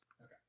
Okay